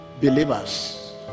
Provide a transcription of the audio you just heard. believers